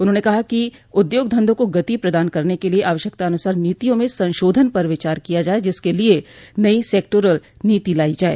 उन्होंने कहा है कि उद्योग धन्धों को गति प्रदान करने के लिए आवश्यकतानुसार नीतियों में संशोधन पर विचार किया जाए जिसके लिए नई सेक्टोरल नीति लाई जाए